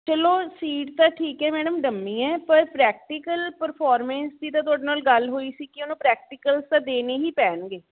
ਚਲੋ ਸੀਟ ਤਾਂ ਠੀਕ ਹੈ ਮੈਡਮ ਡੰਮੀ ਹੈ ਪਰ ਪ੍ਰੈਕਟੀਕਲ ਪਰਫੋਰਮੈਂਸ ਦੀ ਤਾਂ ਤੁਹਾਡੇ ਨਾਲ ਗੱਲ ਹੋਈ ਸੀ ਕਿ ਉਹਨੂੰ ਪ੍ਰੈਕਟੀਕਲਸ ਤਾਂ ਦੇਣੇ ਹੀ ਪੈਣਗੇ